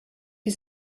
die